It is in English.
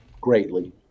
greatly